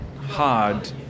hard